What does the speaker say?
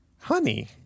honey